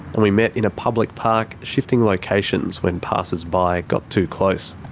and we met in a public park, shifting locations when passers by got too close.